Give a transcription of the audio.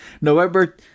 November